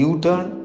U-turn